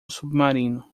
submarino